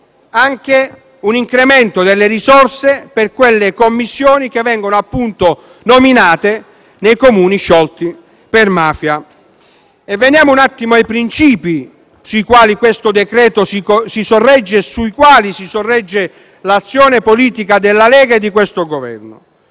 inoltre un incremento delle risorse per le commissioni che vengono nominate nei Comuni sciolti per mafia. Veniamo ora ai princìpi sui quali questo decreto-legge si sorregge e sui quali si sorregge l'azione politica della Lega e di questo Governo: